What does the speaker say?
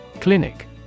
Clinic